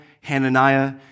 Hananiah